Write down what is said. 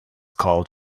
called